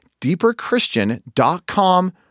deeperchristian.com